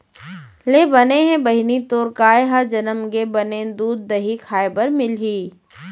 ले बने हे बहिनी तोर गाय ह जनम गे, बने दूद, दही खाय बर मिलही